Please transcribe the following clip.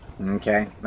okay